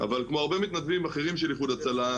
אבל כמו הרבה מתנדבים אחרים של איחוד הצלה,